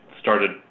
started